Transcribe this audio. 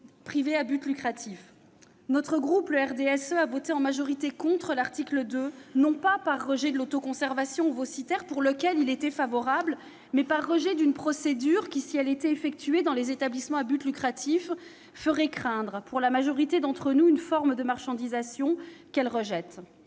privés à but lucratif. Le RDSE a voté en majorité contre l'article 2, par rejet non pas de l'autoconservation ovocytaire, à laquelle il était favorable, mais d'une procédure qui, si elle était effectuée dans des établissements à but lucratif, ferait craindre à la majorité d'entre nous une forme de marchandisation qu'elle refuse.